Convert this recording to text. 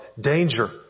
danger